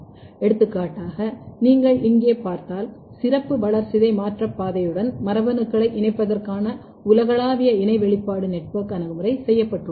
எடுத்துக்காட்டாக நீங்கள் இங்கே பார்த்தால் சிறப்பு வளர்சிதை மாற்ற பாதையுடன் மரபணுக்களை இணைப்பதற்கான உலகளாவிய இணை வெளிப்பாடு நெட்வொர்க் அணுகுமுறை செய்யப்பட்டுள்ளது